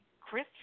Chris